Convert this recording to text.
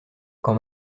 quand